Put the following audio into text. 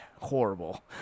horrible